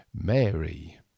Mary